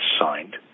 signed